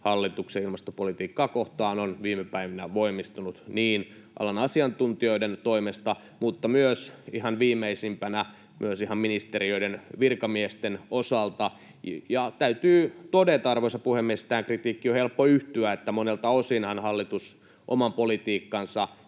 hallituksen ilmastopolitiikkaa kohtaan on viime päivinä voimistunut alan asiantuntijoiden toimesta mutta ihan viimeisimpänä myös ihan ministeriöiden virkamiesten osalta. Ja täytyy todeta, arvoisa puhemies, että tähän kritiikkiin on helppo yhtyä, sillä monelta osinhan hallitus ripustaa oman politiikkansa